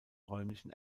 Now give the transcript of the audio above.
räumlichen